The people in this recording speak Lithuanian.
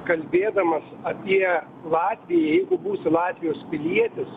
kalbėdamas apie latviją jeigu būsiu latvijos pilietis